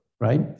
right